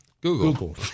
Google